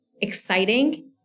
exciting